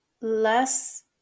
less